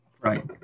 right